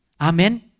Amen